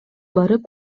барып